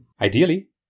Ideally